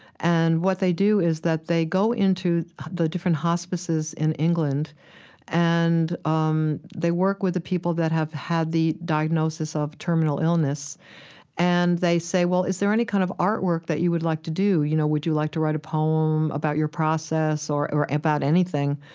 and what they do is they go into the different hospices in england and um they work with the people that have had the diagnosis of terminal illness and they say, well, is there any kind of artwork that you would like to do? you know, would you like to write a poem about your process or or about anything?